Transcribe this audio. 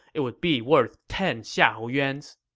it would be worth ten xiahou yuans.